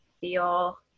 feel